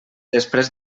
després